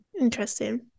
Interesting